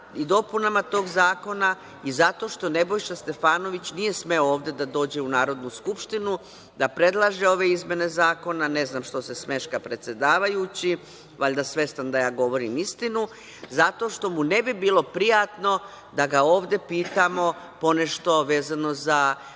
i dopunama tog zakona i zato što Nebojša Stefanović nije smeo ovde da dođe u Narodnu skupštinu, da predlaže ove izmene zakona. Ne znam što se smeška predsedavajući, valjda svestan da ja govorim istinu, zato što mu ne bi bilo prijatno da ga ovde pitamo ponešto vezano za prodaju